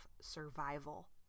survival